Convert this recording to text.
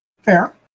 Fair